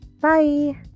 Bye